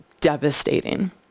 devastating